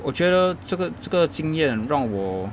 我觉得这个这个经验让我